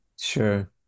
Sure